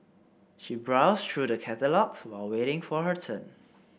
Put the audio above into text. she browsed through the catalogues while waiting for her turn